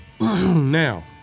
Now